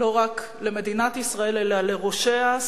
לא רק למדינת ישראל אלא "לראשיה,